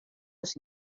los